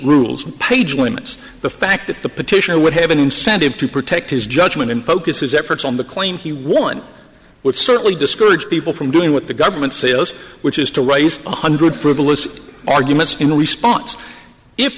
rules page limits the fact that the petitioner would have an incentive to protect his judgment and focus his efforts on the claim he won which certainly discourage people from doing what the government sales which is to write one hundred frivolous arguments in response if